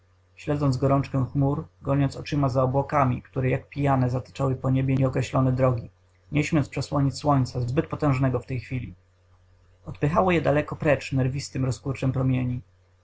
śledząc gorączkę chmur goniąc oczyma za obłokami które jak pijane zataczały po niebie nieokreślone drogi nie śmiąc przesłonić słońca zbyt potężnego w tej chwili odpychało je daleko precz nerwistym rozkurczem promieni